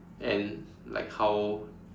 and like how